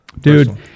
dude